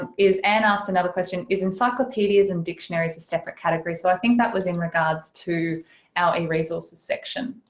ah is anne asked another question, is encyclopedias and dictionaries a separate category? so i think that was in regards to our eresources section.